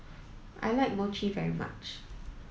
I like Mochi very much